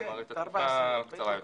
כלומר את התקופה הקצרה יותר.